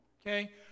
Okay